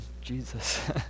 Jesus